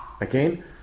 Again